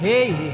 Hey